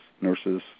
nurses